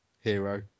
Hero